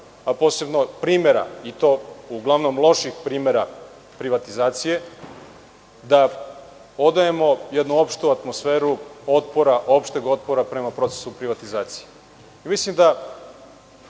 a posebno primera, i to uglavnom loših primera privatizacije, da odajemo jednu opštu atmosferu opšteg otpora prema procesu privatizacije. Mislim da